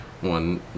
one